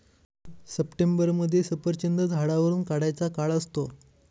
सप्टेंबरमध्ये सफरचंद झाडावरुन काढायचा काळ असतो